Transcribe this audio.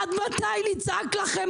עד מתי נצעק לכם?